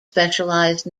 specialized